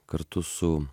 kartu su